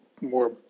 more